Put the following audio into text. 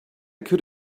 could